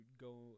go